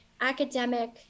academic